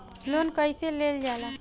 Loan कईसे लेल जाला?